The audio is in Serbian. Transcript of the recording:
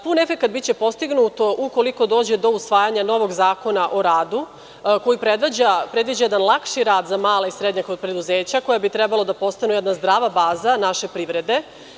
Pun efekat biće postignut ukoliko dođe do usvajanja novog zakona o radu, koji predviđa jedan lakši rad za mala i srednja preduzeća, koja bi trebalo da postanu jedna zdrava baza naše privrede.